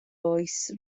oes